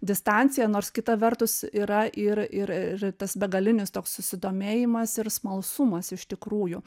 distancija nors kita vertus yra ir ir ir tas begalinis toks susidomėjimas ir smalsumas iš tikrųjų